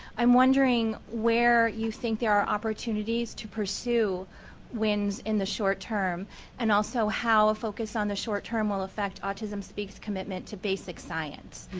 i'm wondering where you think there are opportunities to pursue wins in the short-term and also how a focus on the short-term will effect autism speaks commitment to basic science.